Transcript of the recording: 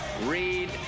Read